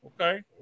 Okay